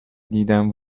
دیدن